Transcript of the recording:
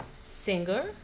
Singer